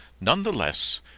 Nonetheless